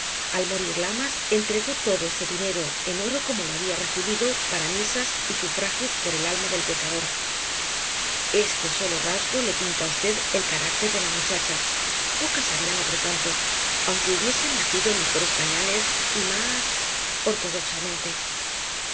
al morir lamas entregó todo ese dinero en oro como lo había recibido para misas y sufragios por el alma del pecador este solo rasgo le pinta á v el carácter de la muchacha pocas harían otro tanto aunque hubiesen nacido en mejores pañales y más ortodoxamente